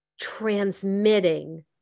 transmitting